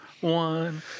one